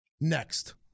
Next